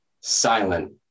silent